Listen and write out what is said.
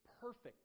perfect